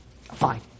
Fine